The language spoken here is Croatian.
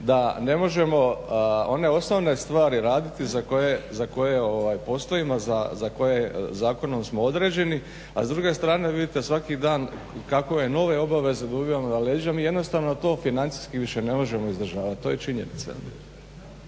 da ne možemo one osnovne stvari raditi za koji postojimo, za koje zakonom smo određeni, a s druge strane vidite svaki dan kakove nove obaveze dobivamo na leža. Mi jednostavno to financijski više ne možemo izdržavati, to je činjenica.